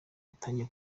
yatangiye